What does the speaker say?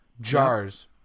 jars